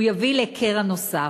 הוא יביא לקרע נוסף.